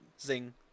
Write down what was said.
Zing